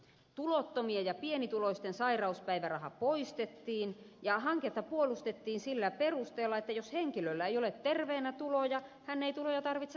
tulottomien ja pienituloisten sairauspäiväraha poistettiin ja hanketta puolustettiin sillä perusteella että jos henkilöllä ei ole terveenä tuloja hän ei tuloja tarvitse sairaanakaan